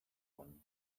one